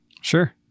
Sure